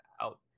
out